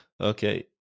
Okay